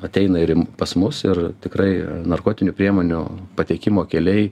ateina ir in pas mus ir tikrai narkotinių priemonių patekimo keliai